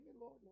Lord